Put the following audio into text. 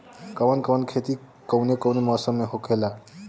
कवन कवन खेती कउने कउने मौसम में होखेला?